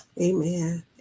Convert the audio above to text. Amen